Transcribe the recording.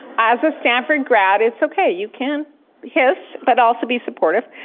as a stanford grad, it's okay. you can hiss, but also be supportive.